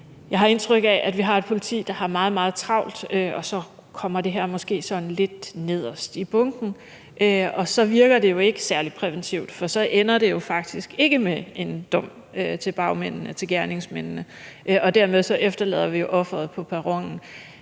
Jeg har indtrykket af, at vi har et politi, der har meget, meget travlt, og så kommer det her måske sådan lidt nederst i bunken, og så virker det jo ikke særlig præventivt, for så ender det faktisk ikke med en dom til bagmændene, til gerningsmændene. Dermed efterlader vi jo offeret på perronen.